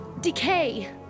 decay